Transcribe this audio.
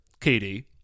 Katie